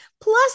Plus